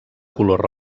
color